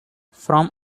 from